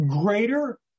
greater